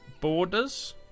borders